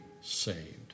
saved